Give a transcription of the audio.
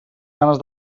ganes